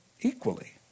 equally